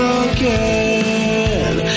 again